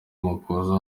makuza